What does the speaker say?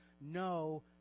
no